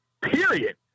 Period